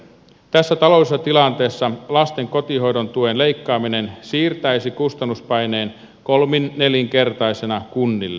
tässä taloudellisessa tilanteessa lasten kotihoidon tuen leikkaaminen siirtäisi kustannuspaineen kolminnelinkertaisena kunnille